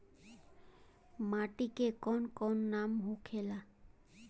माटी के कौन कौन नाम होखे ला?